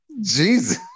Jesus